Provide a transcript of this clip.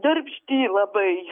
darbšti labai